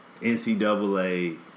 NCAA